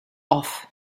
off